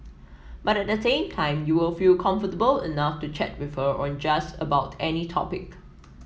but at the same time you will feel comfortable enough to chat with her on just about any topic